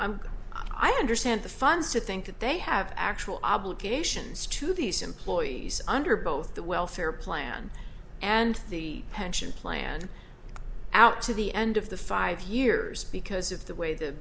i'm i understand the funds to think that they have actual obligations to these employees under both the welfare plan and the pension plan out to the end of the five years because of the way the